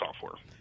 software